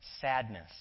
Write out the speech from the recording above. sadness